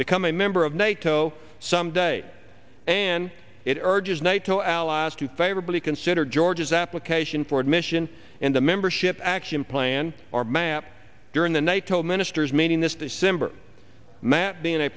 become a member of nato someday and it urges nato allies to favorably consider georgia's application for admission and a membership action plan or map during the nato ministers meeting this december mat